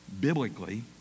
biblically